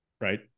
right